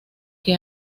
que